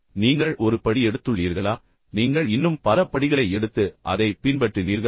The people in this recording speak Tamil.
நீங்கள் ஒரு படி எடுத்துள்ளீர்களா பின்னர் நீங்கள் இன்னும் பல படிகளை எடுத்து அதை பின்பற்றினீர்களா